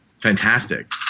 fantastic